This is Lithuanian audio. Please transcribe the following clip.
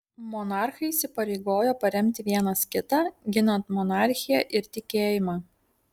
monarchai įsipareigojo paremti vienas kitą ginant monarchiją ir tikėjimą